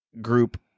group